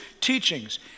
teachings